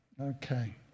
Okay